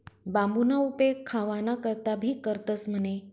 बांबूना उपेग खावाना करता भी करतंस म्हणे